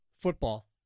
football